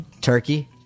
turkey